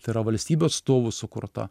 tai yra valstybių atstovų sukurta